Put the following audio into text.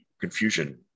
confusion